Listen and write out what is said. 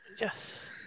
Yes